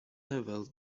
level